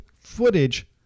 footage